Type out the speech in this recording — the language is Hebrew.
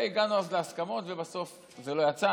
הגענו אז להסכמות, ובסוף זה לא יצא.